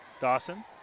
Dawson